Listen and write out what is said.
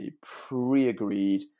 pre-agreed